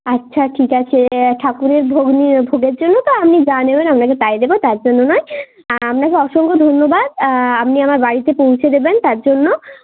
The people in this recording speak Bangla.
আচ্ছা ঠিক আছে ঠাকুরের ভোগ নিয়ে ভোগের জন্য তো আপনি যা নেবেন আ্নাপকে তাই দেব তার জন্য নয় আপনাকে অসংখ্য ধন্যবাদ আপনি আমার বাড়িতে পৌঁছে দেবেন তার জন্য